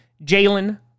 Jalen